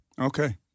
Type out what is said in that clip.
Okay